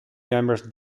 members